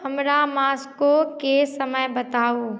हमरा मास्कोके समय बताउ